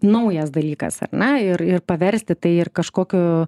naujas dalykas ar ne ir ir paversti tai ir kažkokiu